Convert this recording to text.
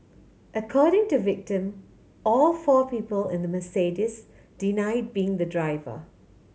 according to victim all four people in the Mercedes denied being the driver